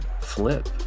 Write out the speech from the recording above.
flip